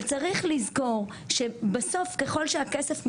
אבל צריך לזכור שבסוף ככל שהכסף מתרחק,